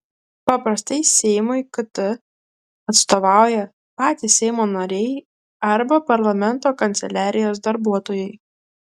paprastai seimui kt atstovauja patys seimo nariai arba parlamento kanceliarijos darbuotojai